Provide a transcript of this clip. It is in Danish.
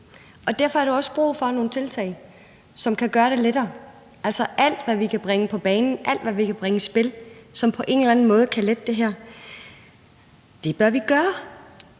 Derfor er der jo også brug for nogle tiltag, som kan gøre det lettere. Alt, hvad vi kan bringe på banen, alt, hvad vi kan bringe i spil, som på en eller anden måde kan lette det her, bør vi gøre.